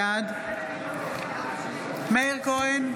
בעד מאיר כהן,